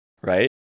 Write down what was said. Right